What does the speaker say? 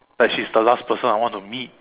like she's the last person I want to meet